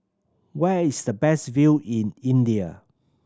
where is the best view in India